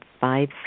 five